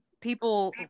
people